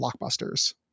blockbusters